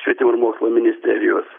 švietimo ir mokslo ministerijos